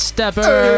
Stepper